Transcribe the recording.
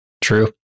True